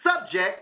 subject